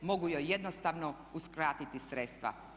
Mogu joj jednostavno uskratiti sredstva.